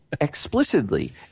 Explicitly